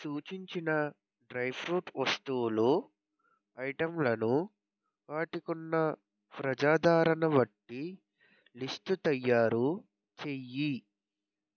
సూచించిన dry fruit వస్తువులు ఐటంలను వాటికున్న ప్రజాదరణ బట్టి లిస్టు తయారు చెయ్యి